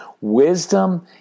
wisdom